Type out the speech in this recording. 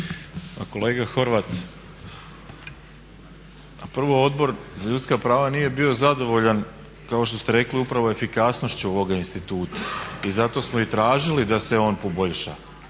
Pa kolega Horvat, a prvo Odbor za ljudska prava nije bio zadovoljan kao što ste rekli upravo efikasnošću ovoga instituta i zato smo i traži da se on poboljša,